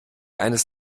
eines